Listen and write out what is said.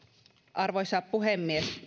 arvoisa puhemies